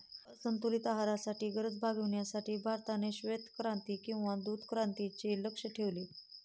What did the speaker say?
संतुलित आहाराची गरज भागविण्यासाठी भारताने श्वेतक्रांती किंवा दुग्धक्रांतीचे लक्ष्य ठेवले